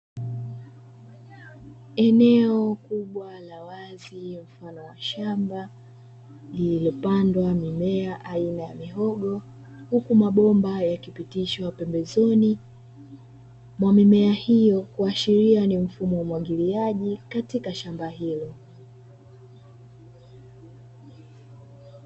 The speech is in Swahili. Eneo kubwa la wazi mfano wa shamba la mboga mboga ya mimea aina ya mihogo, huku mabomba yakipitishwa pembezoni mwa mimea hiyo. Waashiria ni mfumo wa umwagiliaji katika shamba hilo."